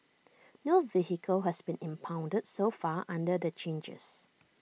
no vehicle has been impounded so far under the changes